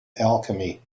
alchemy